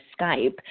Skype